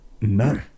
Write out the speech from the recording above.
No